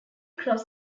cross